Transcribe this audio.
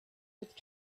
with